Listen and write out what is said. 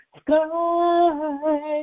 sky